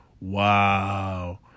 Wow